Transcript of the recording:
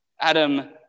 Adam